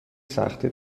سخته